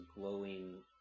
glowing